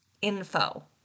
info